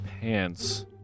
pants